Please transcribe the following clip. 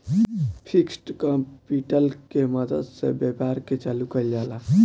fixed capital के मदद से व्यापार के चालू कईल जाला